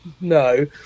no